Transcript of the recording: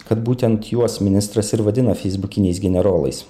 kad būtent juos ministras ir vadino feisbukiniais generolais